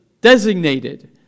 designated